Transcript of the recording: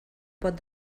pot